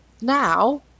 Now